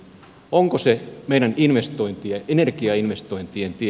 onko se meidän investointien energiainvestointien tie